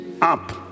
Up